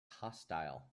hostile